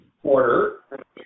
quarter